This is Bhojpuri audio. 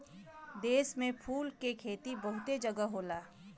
देश में फूल के खेती बहुते जगह होला